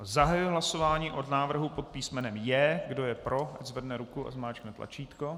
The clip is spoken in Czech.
Zahajuji hlasování o návrhu pod písmenem J. Kdo je pro, ať zvedne ruku a zmáčkne tlačítko.